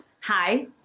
hi